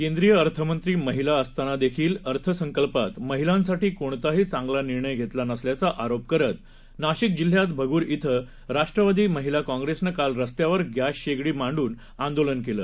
केंद्रीयअर्थमंत्रीमहिलाअसतानादेखीलअर्थसंकल्पातमहिलांसाठीकोणताहीचांगलानिर्णयघेतलानसल्याचाआरोपकरीतनाशिकजि ल्ह्यातभगूर शिराष्ट्रवादीमहिलाकाँग्रेसनंकालरस्त्यावरगॅसशेगडीमांडूनआंदोलनकेलं